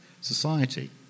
society